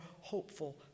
hopeful